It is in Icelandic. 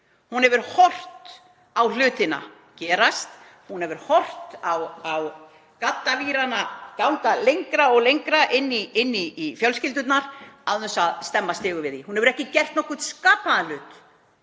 Hún hefur horft á hlutina gerast, hún hefur horft á gaddavírana ganga lengra og lengra inn í fjölskyldurnar án þess að stemma stigu við því. Hún hefur ekki gert nokkurn skapaðan hlut